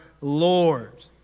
Lord